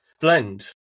blend